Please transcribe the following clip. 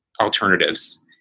alternatives